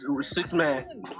six-man